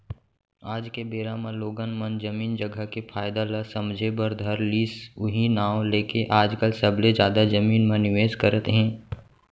आज के बेरा म लोगन मन जमीन जघा के फायदा ल समझे बर धर लिस उहीं नांव लेके आजकल सबले जादा जमीन म निवेस करत हे